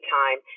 time